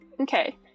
Okay